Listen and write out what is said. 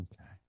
Okay